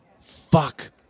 fuck